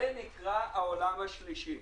זה נקרא העולם השלישי.